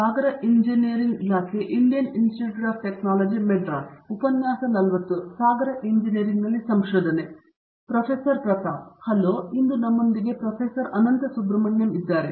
Pratap Haridos hello ನಮ್ಮೊಂದಿಗೆ professor Anant Subramanyam ಇದ್ದಾರೆ